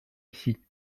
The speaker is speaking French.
ici